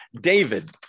David